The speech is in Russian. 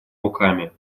руками